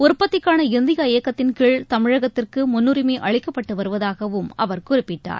உற்பத்திக்கான இந்தியா இயக்கத்தின் கீழ் தமிழகத்திற்கு முன்னுரிமை அளிக்கப்பட்டு வருவதாகவும் அவர் குறிப்பிட்டார்